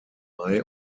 mai